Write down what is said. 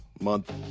month